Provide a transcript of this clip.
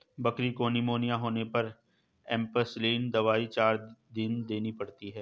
बकरी को निमोनिया होने पर एंपसलीन दवाई चार दिन देनी पड़ती है